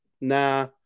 nah